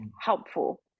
helpful